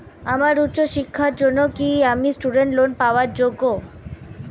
আমার উচ্চ শিক্ষার জন্য কি আমি স্টুডেন্ট লোন পাওয়ার যোগ্য?